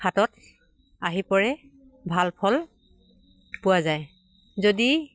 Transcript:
হাতত আহি পৰে ভাল ফল পোৱা যায় যদি